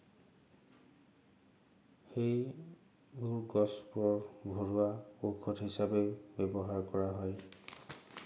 সেইবোৰ গছবোৰ ঘৰুৱা ঔষধ হিচাপে ব্যৱহাৰ কৰা হয়